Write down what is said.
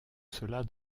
cela